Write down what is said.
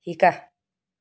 শিকা